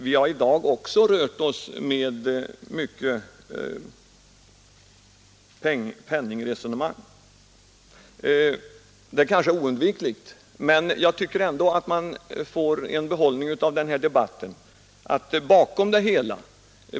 Vi har i dag också rört oss mycket med penningresonemang. Det kanske är oundvikligt. Men jag tycker ändå att man får en behållning av den här debatten.